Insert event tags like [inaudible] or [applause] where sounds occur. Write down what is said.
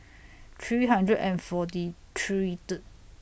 three hundred and forty three [unintelligible]